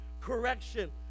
correction